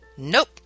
Nope